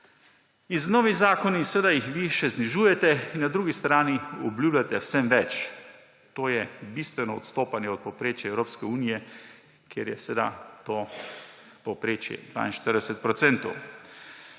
Z novimi zakoni jih vi še znižujete in na drugi strani obljubljate vsem več. To je bistveno odstopanje od povprečja Evropske unije, kjer je to povprečje 42 %.